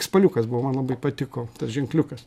spaliukas buvau man labai patiko tas ženkliukas